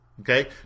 Okay